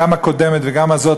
גם הקודמת וגם הזאת,